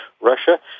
Russia